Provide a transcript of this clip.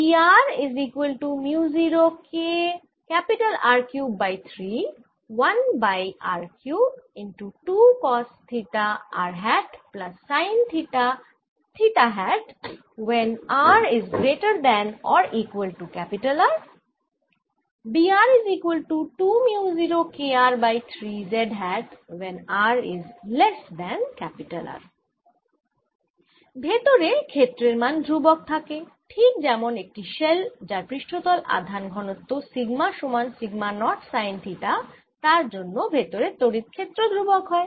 ভেতরে ক্ষেত্রের মান ধ্রুবক থাকে ঠিক যেমন একটি শেল যার পৃষ্ঠতল আধান ঘনত্ব সিগমা সমান সিগমা নট সাইন থিটা তার জন্য ভেতরে তড়িৎ ক্ষেত্র ধ্রুবক হয়